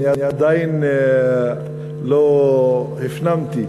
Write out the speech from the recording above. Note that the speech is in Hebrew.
אני עדיין לא הפנמתי.